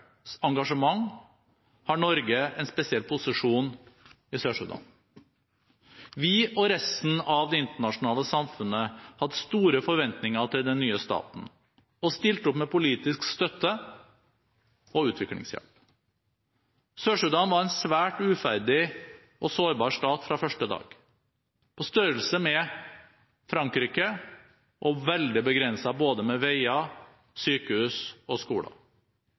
engasjement, har Norge en spesiell posisjon i Sør-Sudan. Vi og resten av det internasjonale samfunnet hadde store forventninger til den nye staten og stilte opp med politisk støtte og utviklingshjelp. Sør-Sudan var en svært uferdig og sårbar stat fra første dag – på størrelse med Frankrike og veldig begrenset utbygd både med veier, sykehus og skoler.